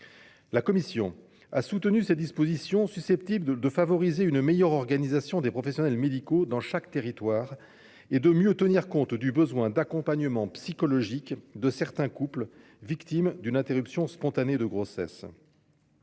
La commission a soutenu ces dispositions, susceptibles de favoriser une meilleure organisation des professionnels médicaux dans chaque territoire et de mieux tenir compte du besoin d'accompagnement psychologique de certains couples victimes d'une interruption spontanée de grossesse.